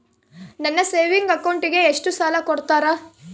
ನನ್ನ ಸೇವಿಂಗ್ ಅಕೌಂಟಿಗೆ ಎಷ್ಟು ಸಾಲ ಕೊಡ್ತಾರ?